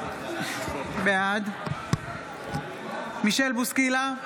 בעד מישל בוסקילה,